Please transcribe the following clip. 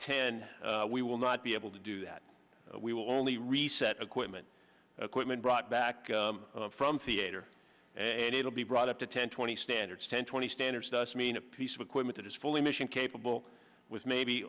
ten we will not be able to do that we will only reset equipment equipment brought back from theater and it will be brought up to ten twenty standards ten twenty standards does mean a piece of equipment that is fully mission capable with maybe